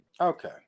Okay